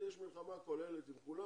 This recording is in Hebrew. יש מלחמה כוללת עם כולם,